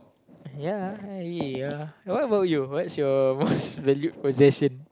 ya I ya what about you what's your most valued possession